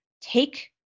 take